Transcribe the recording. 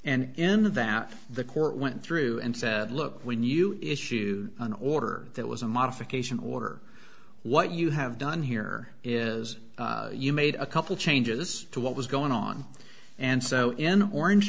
and in that the court went through and said look when you issued an order that was a modification order what you have done here is you made a couple changes to what was going on and so in orange